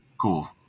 cool